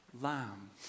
lamb